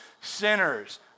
sinners